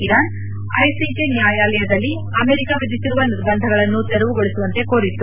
Iran ICJ ನ್ಯಾಯಾಲಯದಲ್ಲಿ America ವಿಧಿಸಿರುವ ನಿರ್ಬಂಧಗಳನ್ನು ತೆರವುಗೊಳಿಸುವಂತೆ ಕೋರಿತ್ತು